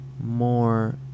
more